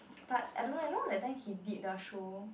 but I don't know eh you know that time he did the show